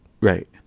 Right